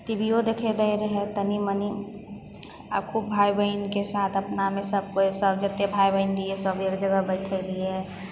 T V यो देखय दै रहय तनि मनि आओर खूब भाय बहिनके साथ अपनामे सब कोइ सब जते भाय बहिन रहियइ सब एक जगह बैठय रहियै